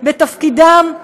בתפקידם.